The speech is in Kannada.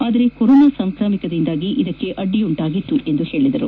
ಆದರೆ ಕೊರೊನಾ ಸಾಂಕ್ರಾಮಿಕದಿಂದಾಗಿ ಇದಕ್ಕೆ ಅಡ್ಡಿಯುಂಟಾಗಿದೆ ಎಂದು ಹೇಳಿದರು